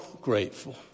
grateful